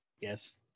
yes